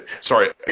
Sorry